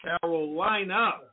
Carolina